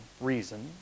reason